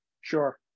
Sure